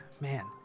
man